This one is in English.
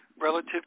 Relative